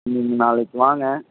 நீங்கள் நாளைக்கு வாங்க